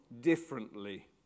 differently